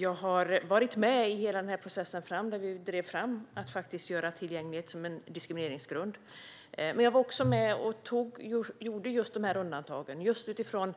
Jag var med i hela processen då vi drev fram att göra tillgänglighet till en diskrimineringsgrund. Jag var också med och införde undantagen på grund